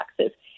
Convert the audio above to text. taxes